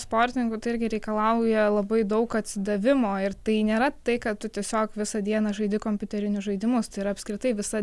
sportininku tai irgi reikalauja labai daug atsidavimo ir tai nėra tai kad tu tiesiog visą dieną žaidi kompiuterinius žaidimus tai yra apskritai visa